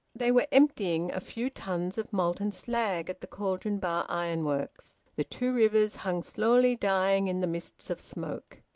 they were emptying a few tons of molten slag at the cauldon bar ironworks. the two rivers hung slowly dying in the mists of smoke.